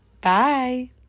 Bye